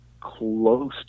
close